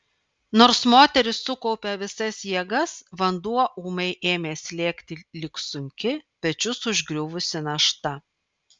nors moteris sukaupė visas jėgas vanduo ūmai ėmė slėgti lyg sunki pečius užgriuvusi našta